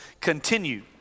continue